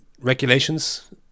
regulations